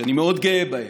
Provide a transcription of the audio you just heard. שאני מאוד גאה בהם.